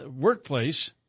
workplace